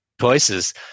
choices